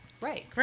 Right